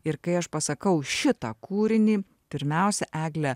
ir kai aš pasakau šitą kūrinį pirmiausia egle